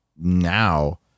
now